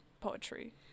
poetry